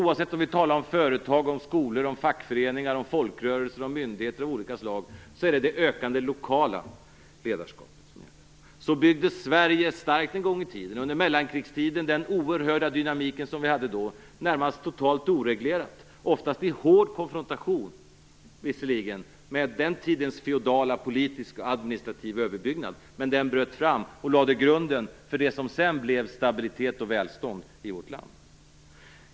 Oavsett om vi talar om företag, skolor, fackföreningar, folkrörelser eller myndigheter av olika slag är det det ökande lokala ledarskapet som gäller. Så byggdes Sverige starkt en gång i tiden, under mellankrigstiden - med den oerhörda dynamik som vi hade då - närmast totalt oreglerat. Detta skedde oftast i hård konfrontation, visserligen, med den tidens feodala politiska och administrativa överbyggnad, men man lade ändå grunden för det som sedan blev stabilitet och välstånd i vårt land.